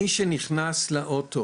מי שנכנס לאוטו